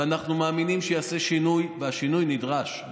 ואנחנו מאמינים שייעשה שינוי, והשינוי נדרש.